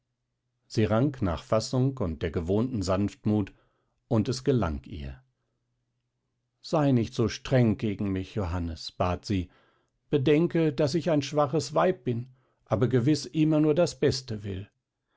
sie rang nach fassung und der gewohnten sanftmut und es gelang ihr sei nicht so streng gegen mich johannes bat sie bedenke daß ich ein schwaches weib bin aber gewiß immer nur das beste will